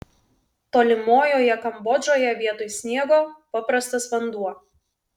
tolimojoje kambodžoje vietoj sniego paprastas vanduo